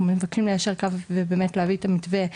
מבקשים ליישר קו ובאמת להביא את המתווה,